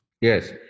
Yes